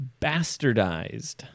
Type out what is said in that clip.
bastardized